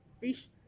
fish